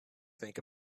think